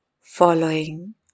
following